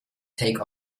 take